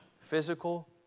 physical